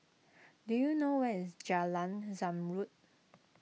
do you know where is Jalan Zamrud